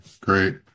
great